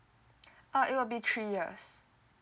uh it will be three years